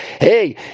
Hey